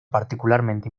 particularmente